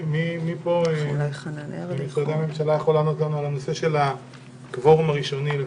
מי ממשרדי הממשלה יכול לענות לגבי הקוורום הראשוני?